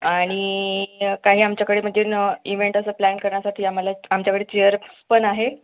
आणि काही आमच्याकडे म्हणजे न इवेंट असं प्लॅन करण्यासाठी आम्हाला आमच्याकडे चीयर्स पण आहे